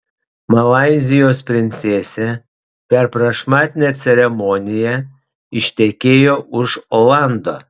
malaizijos princesė per prašmatnią ceremoniją ištekėjo už olando